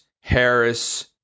Harris